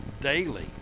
daily